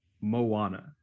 Moana